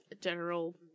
general